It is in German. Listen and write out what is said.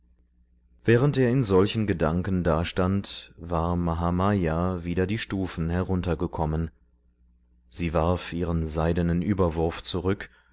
während er in solchen gedanken dastand war mahamaya wieder die stufen heruntergekommen sie warf ihren seidenen überwurf zurück